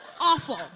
awful